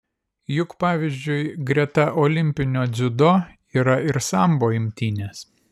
juk pavyzdžiui greta olimpinio dziudo yra ir sambo imtynės